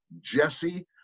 Jesse